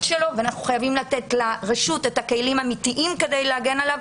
שלו ואנו חייבים לתת לרשות את הכלים האמיתיים כדי להגן עליו.